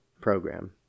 program